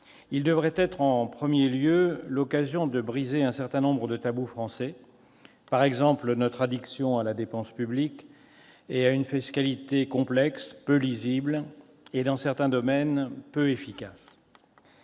devrait être en premier lieu l'occasion de briser un certain nombre de tabous français, s'agissant par exemple de notre addiction à la dépense publique et à une fiscalité complexe, peu lisible et, dans certains domaines, peu efficace.